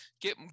Get